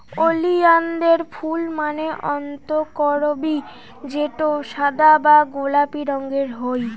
ওলিয়ানদের ফুল মানে অক্তকরবী যেটো সাদা বা গোলাপি রঙের হই